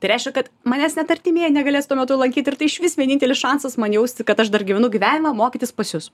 tai reiškia kad manęs net artimieji negalės tuo metu lankyti ir tai išvis vienintelis šansas man jausti kad aš dar gyvenu gyvenimą mokytis pas jus